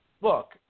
look